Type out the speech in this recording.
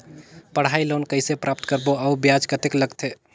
पढ़ाई लोन कइसे प्राप्त करबो अउ ब्याज कतेक लगथे?